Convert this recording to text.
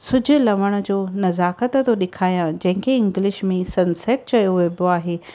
सिज लहण जो नज़ाकत थो ॾेखारियां जंहिंखे इंग्लिश में सन सेट चयो वञिबो आहे